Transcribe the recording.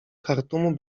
chartumu